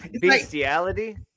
bestiality